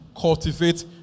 cultivate